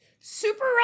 super